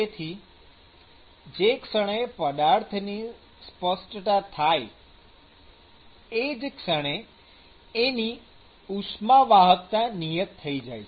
તેથી જે ક્ષણે પદાર્થની સ્પષ્ટતા થાય એ જ ક્ષણે એની ઉષ્મા વાહકતા નિયત થઈ જાય છે